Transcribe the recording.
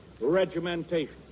regimentation